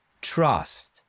trust